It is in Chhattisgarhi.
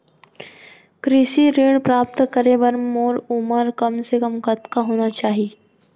कृषि ऋण प्राप्त करे बर मोर उमर कम से कम कतका होना चाहि?